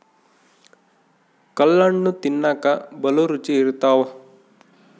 ಕಲ್ಲಣ್ಣು ತಿನ್ನಕ ಬಲೂ ರುಚಿ ಇರ್ತವ